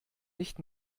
nicht